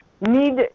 need